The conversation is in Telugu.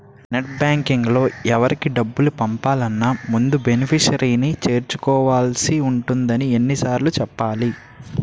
నెట్ బాంకింగ్లో ఎవరికి డబ్బులు పంపాలన్నా ముందు బెనిఫిషరీని చేర్చుకోవాల్సి ఉంటుందని ఎన్ని సార్లు చెప్పాలి